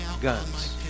guns